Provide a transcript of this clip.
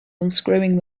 unscrewing